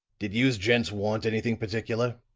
did youse gents want anything particular?